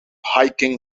hiking